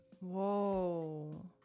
whoa